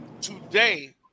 Today